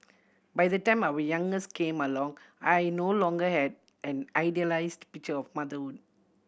by the time our youngest came along I no longer had an idealised picture of motherhood